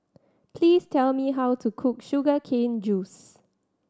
please tell me how to cook sugar cane juice